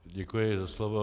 Děkuji za slovo.